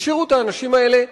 שהשאירו את האנשים האלה,